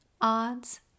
odds